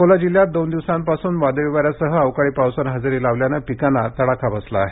अकोला जिल्ह्यात दोन दिवसापासून वादळी वाऱ्यासह अवकाळी पावसाने हजेरी लावल्याने पिकांना तडाखा बसला आहे